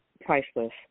priceless